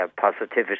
positivity